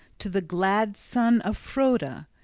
to the glad son of froda.